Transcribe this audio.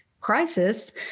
crisis